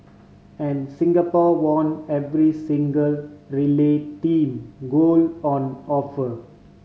and Singapore won every single relay team gold on offer